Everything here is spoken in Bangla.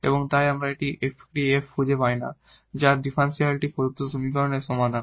এবং তাই আমরা এমন একটি f খুঁজে পাই না যার ডিফারেনশিয়ালটি প্রদত্ত ডিফারেনশিয়াল সমীকরণ এর সমান